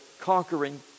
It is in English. conquering